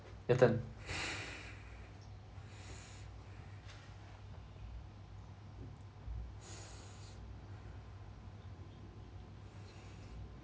your turn